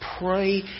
pray